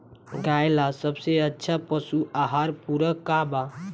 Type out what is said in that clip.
गाय ला सबसे अच्छा पशु आहार पूरक का बा?